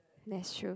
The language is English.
that's true